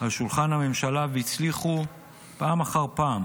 על שולחן הממשלה והצליחו פעם אחר פעם